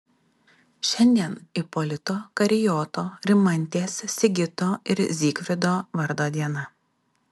šiandien ipolito karijoto rimantės sigito ir zygfrido vardo diena